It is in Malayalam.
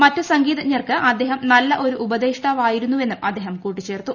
മറ്റു സംഗീതജ്ഞകർക്ക് അദ്ദേഹം നല്ല ഒരു ഉപദേഷ്ടാവായിരുന്നെന്നും അദ്ദേഹം കൂട്ടിച്ചേർത്തു